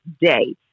day